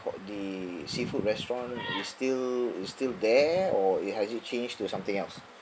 hot~ the seafood restaurant is still is still there or you has it changed to something else